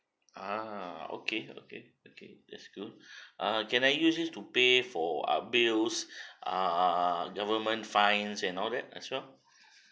ah okay okay okay that's good ah can I use it to pay for ah bills ah government fines and all that as well